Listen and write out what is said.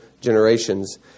generations